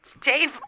Dave